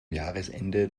jahresende